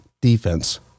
defense